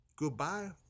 Goodbye